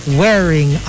wearing